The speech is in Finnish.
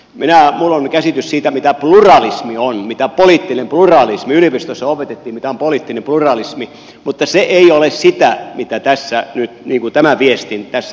minulla on käsitys siitä mitä poliittinen pluralismi on yliopistossa opetettiin mitä on poliittinen pluralismi mutta se ei ole sitä mitä nyt tämä viesti tässä asiassa harrastaa